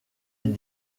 est